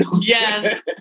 Yes